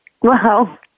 wow